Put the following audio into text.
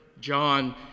John